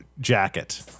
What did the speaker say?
jacket